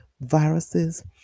viruses